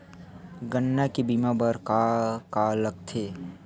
गन्ना के बीमा बर का का लगथे?